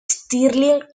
stirling